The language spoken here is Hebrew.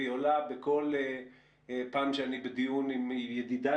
והיא עולה כל פעם שאני בדיון עם ידידיי